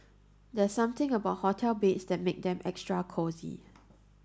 there's something about hotel beds that make them extra cosy